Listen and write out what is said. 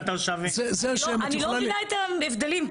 לא, אני לא מבינה את ההבדלים.